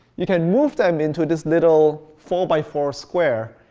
you can move them into this little four-by-four square,